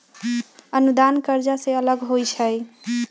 अनुदान कर्जा से अलग होइ छै